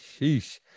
Sheesh